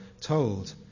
told